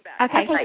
Okay